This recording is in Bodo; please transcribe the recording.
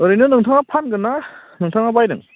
ओरैनो नोंथाङा फानगोन ना नोंथाङा बायगोन